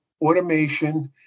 automation